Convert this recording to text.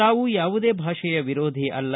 ತಾವು ಯಾವುದೇ ಭಾಷೆಯ ವಿರೋಧಿ ಅಲ್ಲ